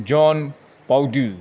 zone ꯄꯥꯎꯗꯨ